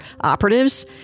operatives